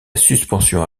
suspension